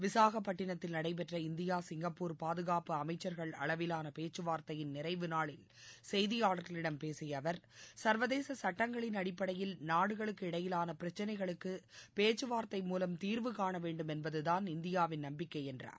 விசாகப்பட்டினத்தில் நடைபெற்ற இந்தியா பேச்சுவார்த்தையின் நிறைவுநாளில் செய்தியாளர்களிடம் பேசிய அவர் சர்வதேச சுட்டங்களின் அடிப்படையில் நாடுகளுக்கு இடையிலான பிரச்சனைகளுக்கு பேச்சுவார்த்தை மூலம் தீர்வு காணவேண்டும் என்பதுதான் இந்தியாவின் நம்பிக்கை என்றார்